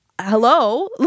hello